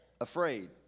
afraid